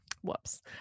Whoops